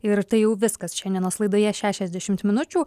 ir tai jau viskas šiandienos laidoje šešiasdešimt minučių